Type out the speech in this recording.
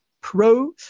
pro